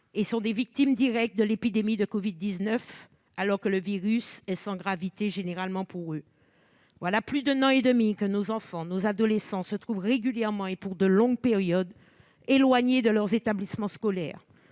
et sont des victimes directes de l'épidémie de covid-19, alors même que le virus est généralement sans gravité pour eux. Voilà plus d'un an et demi que nos enfants, nos adolescents se trouvent régulièrement, et pour de longues périodes, éloignés de leurs établissements scolaires.